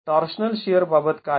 torsional shear बाबत काय